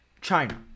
China